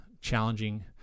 challenging